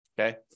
okay